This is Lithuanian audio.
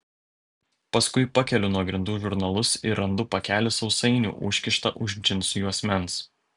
paskui pakeliu nuo grindų žurnalus ir randu pakelį sausainių užkištą už džinsų juosmens